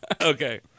Okay